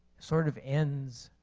sort of ends